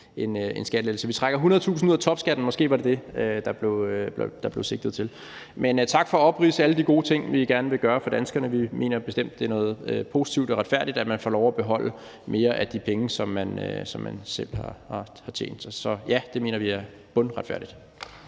en skattelettelse. Vi trækker 100.000 ud af topskatten – måske var det det, der blev sigtet til. Men tak for at oplyse alle de gode ting vi gerne vil gøre for danskerne. Vi mener bestemt, at det er noget positivt og retfærdigt, at man får lov at beholde flere af de penge, som man selv har tjent. Så ja, det mener vi er bundretfærdigt.